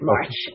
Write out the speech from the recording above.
March